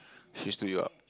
she stood you up